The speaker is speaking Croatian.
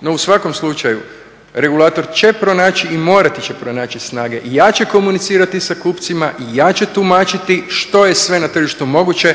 No u svakom slučaju, regulator će pronaći i morati će pronaći snage jače komunicirati sa kupcima i jače tumačiti što je sve na tržištu moguće